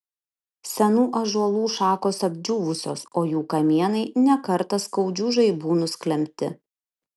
senų ąžuolų šakos apdžiūvusios o jų kamienai ne kartą skaudžių žaibų nusklembti